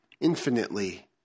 infinitely